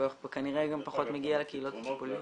כנראה גם פחות מגיע לקהילות הטיפוליות.